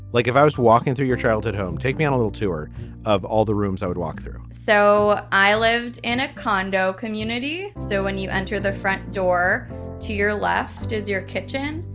like if i was walking through your childhood home. take me on a little tour of all the rooms i would walk through so i lived in a condo community. so when you enter the front door to your left, is your kitchen.